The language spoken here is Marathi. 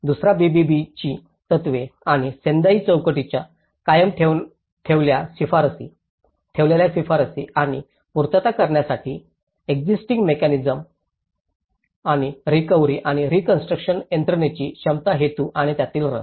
दुसरा बीबीबीची तत्त्वे आणि सेन्डाईच्या चौकटीत कायम ठेवलेल्या शिफारसी आणि पूर्तता करण्यासाठी एक्सिस्टिंग मेकॅनिसम्स आणि रिकव्हरी आणि रीकॉन्स्ट्रुकशनच्या यंत्रणेची क्षमता हेतू आणि रस